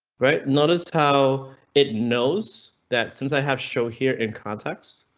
right, notice how it knows that since i have shown here in contacts,